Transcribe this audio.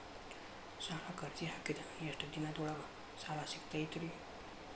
ಸಾಲಕ್ಕ ಅರ್ಜಿ ಹಾಕಿದ್ ಎಷ್ಟ ದಿನದೊಳಗ ಸಾಲ ಸಿಗತೈತ್ರಿ?